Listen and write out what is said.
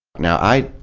now, i,